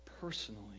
personally